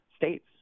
states